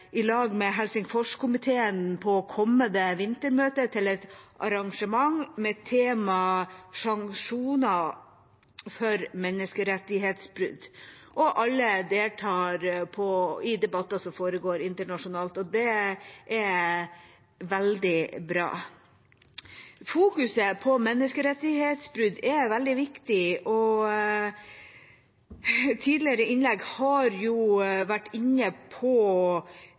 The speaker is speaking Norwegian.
i lag med Helsingforskomiteen, et arrangement på det kommende vintermøtet med temaet «sanksjoner for menneskerettighetsbrudd». Alle deltar i debatter som foregår internasjonalt, og det er veldig bra. Fokuset på menneskerettighetsbrudd er veldig viktig. Tidligere innlegg har vært inne på